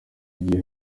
igihe